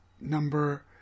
number